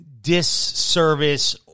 disservice